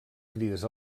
crides